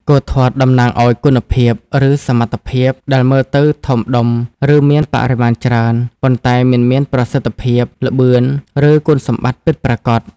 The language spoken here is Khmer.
គោធាត់តំណាងឲ្យ គុណភាព ឬសមត្ថភាពដែលមើលទៅធំដុំ ឬមានបរិមាណច្រើន ប៉ុន្តែមិនមានប្រសិទ្ធភាព ល្បឿន ឬគុណសម្បត្តិពិតប្រាកដ។